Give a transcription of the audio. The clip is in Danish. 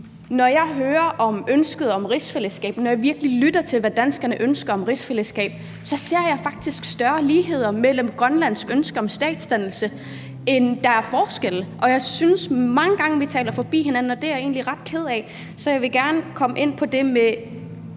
når jeg hører om ønsket om rigsfællesskab, når jeg virkelig lytter til, hvad danskerne ønsker om et rigsfællesskab, så ser jeg faktisk større ligheder mellem det og et grønlandsk ønske om statsdannelse, end der er forskelle, og jeg synes mange gange, vi taler forbi hinanden, og det er jeg egentlig ret ked af. Så jeg vil gerne komme ind på det med: